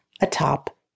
atop